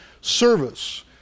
service